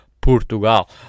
Portugal